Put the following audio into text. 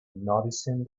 noticing